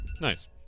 Nice